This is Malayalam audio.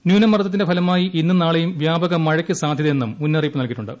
ന്യൂനമർദത്തിന്റെ ഫലമായി ഇന്നും നാളെയും വ്യാപക മഴയ്ക്ക് സാധ്യതയെന്നും മുന്നറിപ്പ് നൽകിയിട്ടുണ്ട്